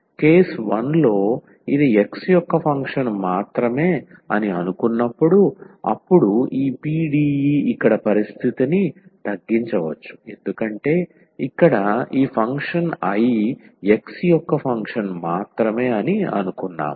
case 1 లో ఇది x యొక్క ఫంక్షన్ మాత్రమే అని అనుకున్నప్పుడు అప్పుడు ఈ PDE ఇక్కడ పరిస్థితిని తగ్గించవచ్చు ఎందుకంటే ఇక్కడ ఈ ఫంక్షన్ I x యొక్క ఫంక్షన్ మాత్రమే అని అనుకున్నాము